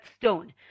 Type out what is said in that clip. stone